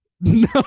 No